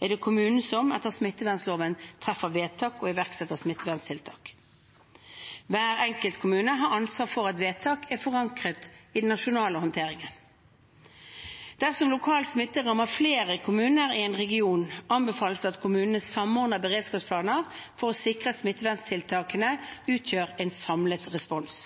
er det kommunen som, etter smittevernloven, treffer vedtak og iverksetter smitteverntiltak. Hver enkelt kommune har ansvar for at vedtak er forankret i den nasjonale håndteringen. Dersom lokal smitte rammer flere kommuner i en region, anbefales det at kommunene samordner beredskapsplaner for å sikre at smitteverntiltakene utgjør en samlet respons.